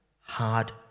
hard